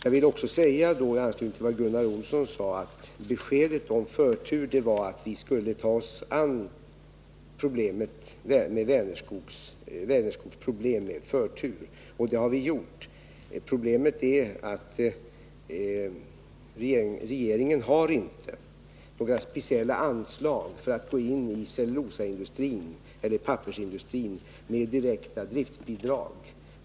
IT anslutning till vad Gunnar Olsson sade vill jag framhålla att beskedet om förtur avsåg att vi skulle ta oss an Vänerskogs problem med förtur. Det har vi gjort. Svårigheten är emellertid att regeringen inte har några speciella anslag för att gå in i cellulosaindustrin eller pappersindustrin med direkta driftbidrag.